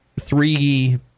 three